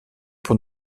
pour